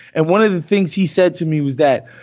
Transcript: and one of the things he said to me was that,